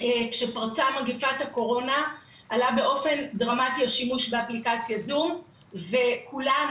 שכשפרצה מגפת הקורונה עלה באופן דרמטי השימוש באפליקציית זום וכולנו,